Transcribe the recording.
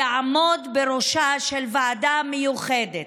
יעמוד בראשה של ועדה מיוחדת,